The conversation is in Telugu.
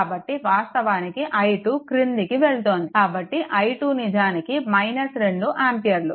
కాబట్టి వాస్తవానికి i2 క్రిందికి వెళుతుంది కాబట్టి i2 నిజానికి 2 ఆంపియర్లు